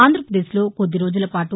ఆంధ్రప్రదేశ్ లో కొద్దిరోజుల పాటు